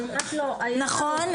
נכון?